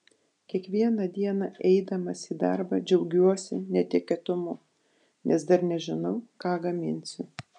kiekvieną dieną eidamas į darbą džiaugiuosi netikėtumu nes dar nežinau ką gaminsiu